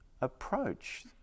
approach